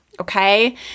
okay